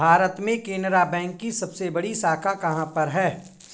भारत में केनरा बैंक की सबसे बड़ी शाखा कहाँ पर है?